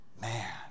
Man